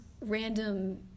random